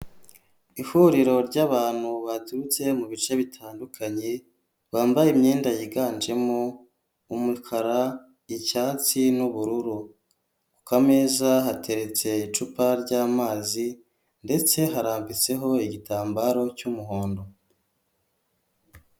Ihuriro ry'abantu baturutse mu bice bitandukanye, bambaye imyenda yiganjemo umukara, icyatsi n'ubururu, ku kameza hateretse icupa ry'amazi ndetse harambitseho igitambaro cy'umuhondo.